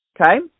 Okay